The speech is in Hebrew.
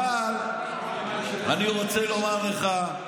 אבל אני רוצה לומר לך,